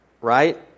right